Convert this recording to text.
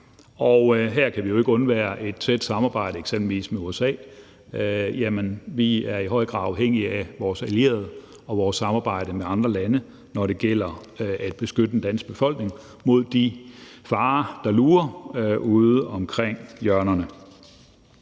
Her kan vi jo ikke undvære et tæt samarbejde med eksempelvis USA. Vi er i høj grad afhængige af vores allierede og vores samarbejde med andre lande, når det gælder det at beskytte den danske befolkning mod de farer, der lurer ude omkring hjørnerne.